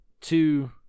two